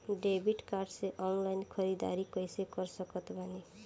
Debit card से online ख़रीदारी कैसे कर सकत बानी?